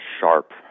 sharp